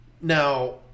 Now